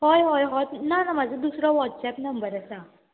हय हय हो ना ना म्हाजो दुसरो वॉट्सॅप नंबर आसा